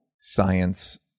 science